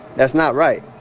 that's not right.